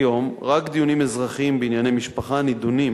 כיום רק דיונים אזרחיים בענייני משפחה נדונים